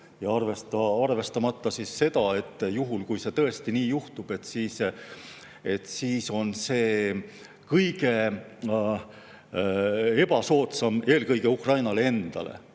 Ei arvestata seda, et kui tõesti nii juhtub, siis on see kõige ebasoodsam eelkõige Ukrainale endale.